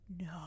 No